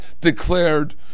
declared